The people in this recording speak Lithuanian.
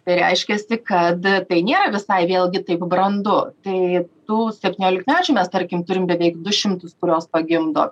tai reiškias kad tai nėra visai vėlgi taip brandu tai tų septyniolikmečių mes tarkim turim beveik du šimtus kurios pagimdo